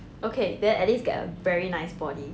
okay then at least get a very nice body